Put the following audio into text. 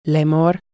Lemor